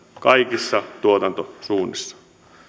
kaikissa tuotantosuunnissa